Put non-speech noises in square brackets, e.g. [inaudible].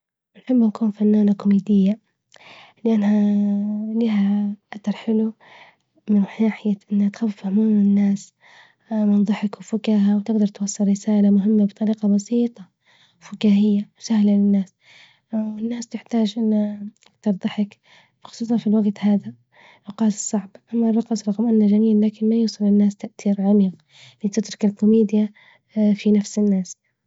أحب أكون فنانة كوميدية لانها [hesitation] لها أثر حلو، من ناحية إنها تخفف هموم الناس، من ضحك وفكاهة، وتقدر توصل رسالة مهمة بطريقة بسيطة فكاهية وسهلة للناس. [hesitation] والناس تحتاج إنه [hesitation] أكتر ضحك خصوصا في الوقت هدا، الوقت الصعب اما اذا قلت راقص مشهور ما يوصل الناس تأثير عميق مثل ما تترك الكوميديا [hesitation] في نفس الناس.